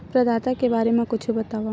प्रदाता के बारे मा कुछु बतावव?